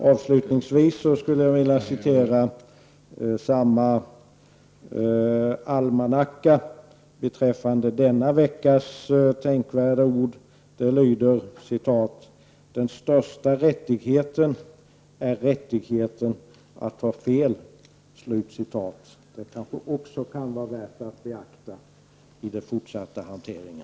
Avslutningsvis vill jag citera denna veckas tänkvärda ord i almanackan: ”Den största rättigheten är rättigheten att ha fel.” Det kanske också kan vara värt att beakta i den fortsatta hanteringen.